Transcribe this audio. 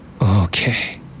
Okay